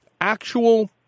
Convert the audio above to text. actual